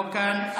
לא כאן.